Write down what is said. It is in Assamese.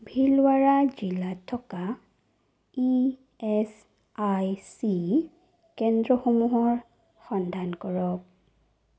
ভিলৱাৰা জিলাত থকা ইএচআইচি কেন্দ্ৰসমূহৰ সন্ধান কৰক